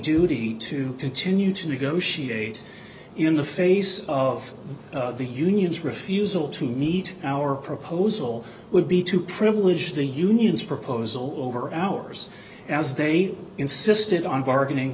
duty to continue to negotiate in the face of the unions refusal to meet our proposal would be to privilege the unions proposal over ours as they insisted on bargaining